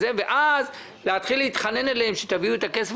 ואז להתחיל להתחנן אליהם שיביאו את הכסף